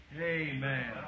Amen